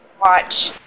watch